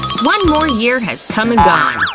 one more year has come and gone,